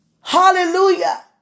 Hallelujah